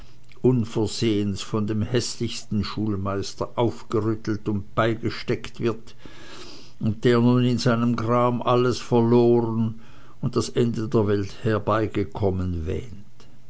unversehens von dem häßlichsten schulmeister aufgerüttelt und beigesteckt wird und der nun in seinem gram alles verloren und das ende der welt herbeigekommen wähnt